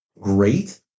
great